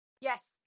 Yes